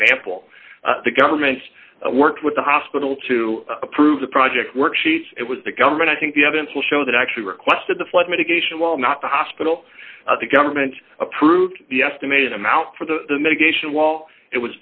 example the government's work with the hospital to approve the project worksheets it was the government i think the evidence will show that actually requested the flood mitigation well not the hospital the government approved the estimated amount for the mitigation wall it